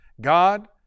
God